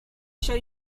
show